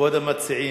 כבוד המציעים,